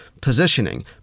positioning